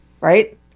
right